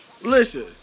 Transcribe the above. Listen